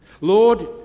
Lord